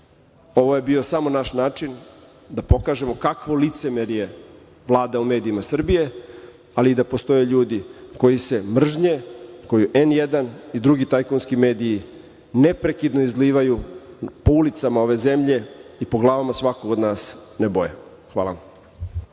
Ovo je bio samo naš način da pokažemo kakvo licemerje vlada u medijima Srbije, ali i da postoje ljudi koji se mržnje, koji N1 i drugi tajkunski mediji neprekidno izlivaju po ulicama ove zemlje i po glavama svakog od nas ne boje. Hvala.